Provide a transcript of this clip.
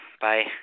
Bye